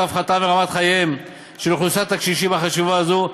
רווחתם ורמת חייהם של אוכלוסיית הקשישים החשובה הזאת.